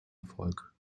erfolg